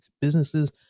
businesses